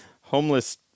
homeless